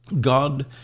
God